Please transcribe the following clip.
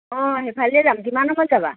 অঁ সেইফালেদিয়ে যাম কিমান সময়ত যাবা